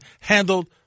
handled